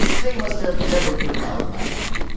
they must have leveled vrindavan by now!